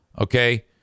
Okay